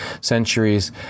centuries